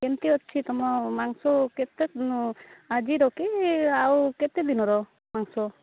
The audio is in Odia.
କେମିତି ଅଛି ତୁମ ମାଂସ କେତେ ଆଜିର କି ଆଉ କେତେ ଦିନର ମାଂସ